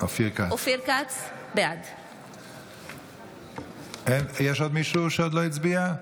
אופיר כץ, בעד יש עוד מישהו שלא הצביע?